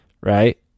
right